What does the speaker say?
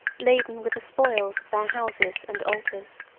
laden with the spoils of their houses and altars.